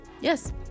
Yes